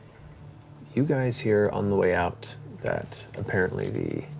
you guys hear on the way out that apparently the